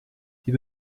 die